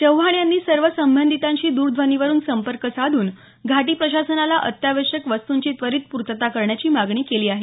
चव्हाण यांनी सर्व संबंधितांशी द्रध्वनीवरून संपर्क साधून घाटी प्रशासनाला अत्यावश्यक वस्तूंची त्वरीत पूर्तता करण्याची मागणी केली आहे